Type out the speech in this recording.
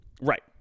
Right